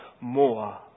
more